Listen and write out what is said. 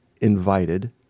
invited